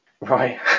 right